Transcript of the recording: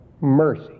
mercy